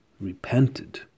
repented